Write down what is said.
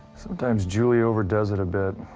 sometimes julie overdoes it a bit.